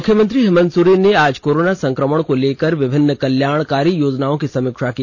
मुख्यमंत्री हेमंत सोरेन ने आज कोरोना संक्रमण को लेकर विभिन्न कल्याणकारी योजनाओं की समीक्षा की